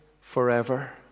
forever